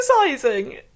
exercising